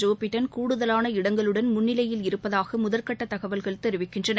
Joe Biden கூடுதலான இடங்களுடன் முன்னிலையில் இருப்பதாக முதற்கட்ட தகவல்கள் தெரிவிக்கின்றன